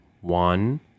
one